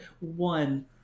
one